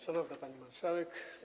Szanowna Pani Marszałek!